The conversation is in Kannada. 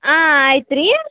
ಹಾಂ ಆಯ್ತು ರೀ